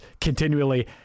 continually